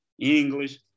English